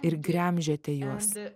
ir gremžėte juos